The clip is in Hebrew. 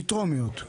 מטרומיות.